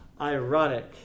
ironic